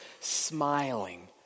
smiling